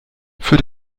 für